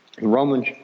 Romans